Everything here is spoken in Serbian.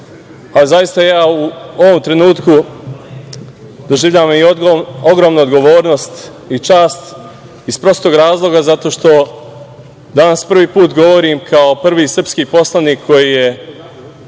a zaista ja u ovom trenutku doživljavam ogromnu odgovornost i čast iz prostog razloga zato što danas prvi put govorim kao prvi srpski poslanik koji je